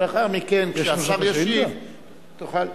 לאחר מכן, כשהשר ישיב, תוכל,